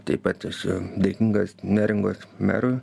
taip pat esu dėkingas neringos merui